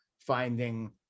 finding